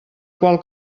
qual